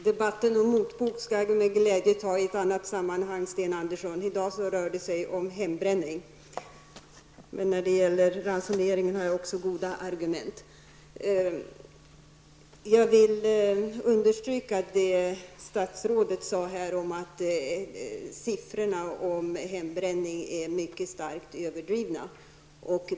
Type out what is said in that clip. Herr talman! Jag skall med glädje ta debatten om motbok i ett annat sammanhang, Sten Andersson. I dag rör debatten hembränning. Beträffande ransonering har jag också goda argument. Jag vill understryka det som statsrådet sade om att siffrorna när det gäller hembränning är starkt överdrivna.